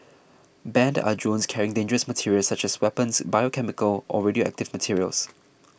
banned are drones carrying dangerous materials such as weapons or biochemical or radioactive materials